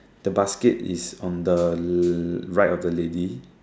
the basket is on the l~ right of the lady